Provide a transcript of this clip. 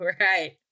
right